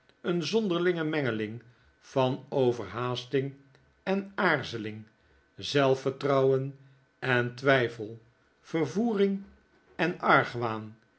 een zonderlinge mengeling van overhaasting en aarzeling zelfvertrouwen en twijfel vervoering en argwaan